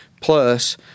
plus